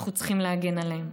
אנחנו צריכים להגן עליהם.